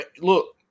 Look